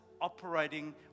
operating